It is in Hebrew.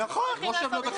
אנחנו צריכים לעשות ---.